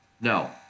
No